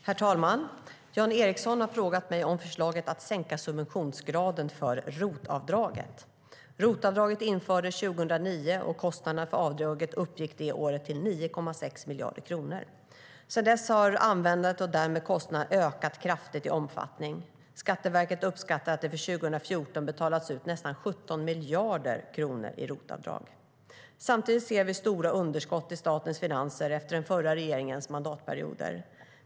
Herr talman! Jan Ericson har frågat mig om förslaget att sänka subventionsgraden för ROT-avdraget. ROT-avdraget infördes 2009, och kostnaderna för avdraget uppgick det året till 9,6 miljarder kronor. Sedan dess har användandet, och därmed kostnaderna, ökat kraftigt i omfattning. Skatteverket uppskattar att det för 2014 betalats ut nästan 17 miljarder kronor i ROT-avdrag. Samtidigt ser vi stora underskott i statens finanser efter den förra regeringens mandatperioder.